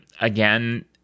Again